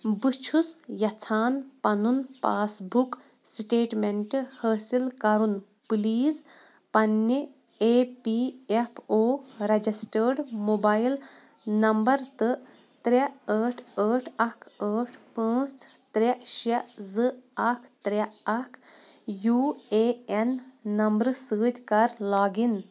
بہٕ چھُس یژھان پَنُن پاس بُک سٕٹیٹمٮ۪نٛٹ حٲصِل کرُن پٕلیٖز پنٛنہِ E P F O registered mobile number تہٕ ترٛےٚ ٲٹھ ٲٹھ اَکھ ٲٹھ پانٛژھ ترٛےٚ شےٚ زٕ اکھ ترٛےٚ اَکھ یوٗ اے اٮ۪ن نمبر سۭتۍ کَر لاگ اِن